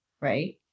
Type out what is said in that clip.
right